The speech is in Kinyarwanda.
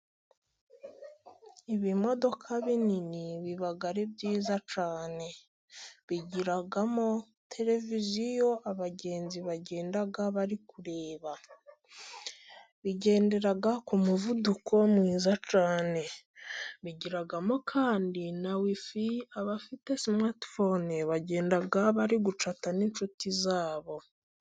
Ibimodoka binini biba ari byiza cyane bigiramo televiziyo abagenzi bagenda bari kureba, bigendera ku muvuduko mwiza cyane bigiramo kandi na wifi, abafite simatifone bagenda bari gucata n'inshuti zabo.